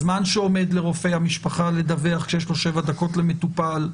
הזמן שעומד לרופא המשפחה לדווח כשיש לו שבע דקות למטופל,